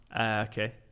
Okay